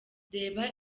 reba